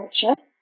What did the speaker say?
culture